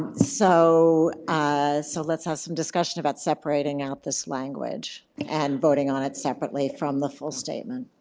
so ah so let's have some discussion about separating out this language and voting on it separately from the full statement.